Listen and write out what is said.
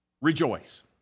Rejoice